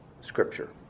Scripture